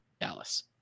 Dallas